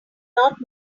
not